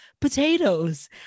potatoes